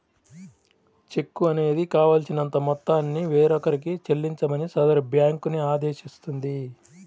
చెక్కు అనేది కావాల్సినంత మొత్తాన్ని వేరొకరికి చెల్లించమని సదరు బ్యేంకుని ఆదేశిస్తుంది